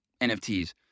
nfts